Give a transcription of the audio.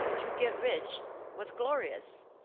to get rich was glorious.